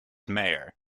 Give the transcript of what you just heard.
mayor